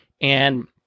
and-